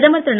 பிரதமர் திரு